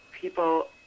people